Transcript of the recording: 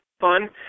fun